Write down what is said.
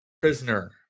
Prisoner